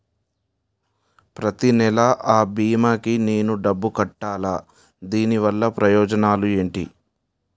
ప్రతినెల అ భీమా కి నేను డబ్బు కట్టాలా? దీనివల్ల ప్రయోజనాలు ఎంటి?